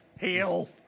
Heal